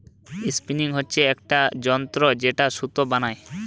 spinning হচ্ছে একটা যন্ত্র যেটায় সুতো বানাই